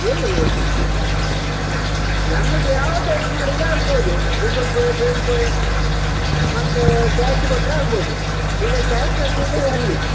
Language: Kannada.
ಎಲ್ಲಿ ನಮಗೆ ಯಾವ ಟೈಪ್ ಮಾಡಿದ್ರೆ ಆಗ್ಬೋದು ಗೂಗಲ್ ಪೇ ಫೇನ್ ಪೇ ಮತ್ತು ಕ್ಯಾಶ್ ಕೊಟ್ರೆ ಆಗ್ಬೋದು ಈಗ ಕ್ಯಾಶ್ ತಂದಿದ್ದೀರಾ ಅನ್ನಿ